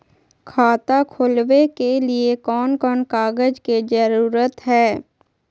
खाता खोलवे के लिए कौन कौन कागज के जरूरत है?